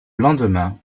lendemain